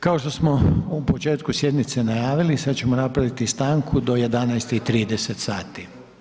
Kao što smo u početku sjednice najavili, sad ćemo napraviti stanku do 11,30 sati.